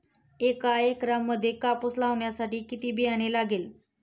एका एकरामध्ये कापूस लावण्यासाठी किती बियाणे लागेल?